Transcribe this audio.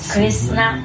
Krishna